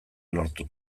lortu